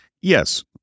Yes